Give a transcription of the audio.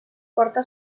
porta